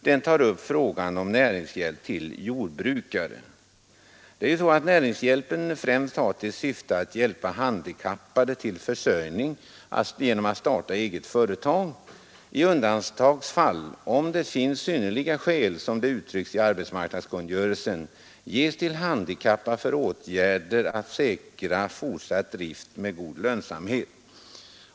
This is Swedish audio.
Den tar upp frågan om näringshjälp till jordbrukare. Näringshjälpen har främst till syfte att hjälpa handikappade att försörja sig genom att starta eget företag. I undantagsfall — om det finns synnerliga skäl, som det uttrycks i arbetsmarknadskungörelsen — kan det ges till handikappad för åtgärder som skall säkra fortsatt drift med god lönsamhet.